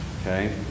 Okay